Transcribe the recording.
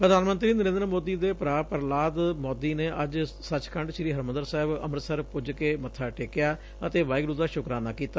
ਪ੍ਰਧਾਨ ਮੰਤਰੀ ਨਰੇਂਦਰ ਮੋਦੀ ਦੇ ਭਰਾ ਪਰਲਾਦ ਮੋਦੀ ਨੇ ਅੱਜ ਸਚਖੰਡ ਸ੍ਰੀ ਹਰਮੰਦਰ ਸਾਹਿਬ ਅੰਮਿਤਸਰ ਪੁੱਜ ਕੇ ਮੱਥਾ ਟੇਕਿਆ ਅਤੇ ਵਾਹਿਗੁਰੂ ਦਾ ਸੁਕਰਾਨਾ ਕੀਤਾ